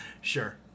sure